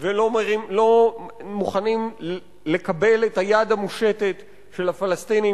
ולא מוכנים לקבל את היד המושטת של הפלסטינים,